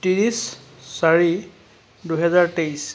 ত্ৰিছ চাৰি দুহেজাৰ তেইছ